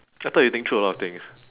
I thought you think through a lot of things